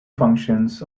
functions